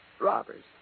Robbers